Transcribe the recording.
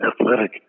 athletic